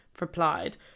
replied